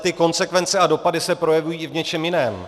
Ty konsekvence a dopady se ale projevují i v něčem jiném.